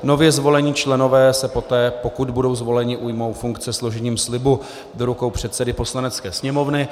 Nově zvolení členové se poté, pokud budou zvoleni, ujmou funkce složením slibu do rukou předsedy Poslanecké sněmovny.